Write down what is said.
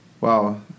Wow